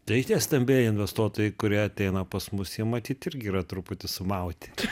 tai tie stambieji investuotojai kurie ateina pas mus jie matyt irgi yra truputį sumauti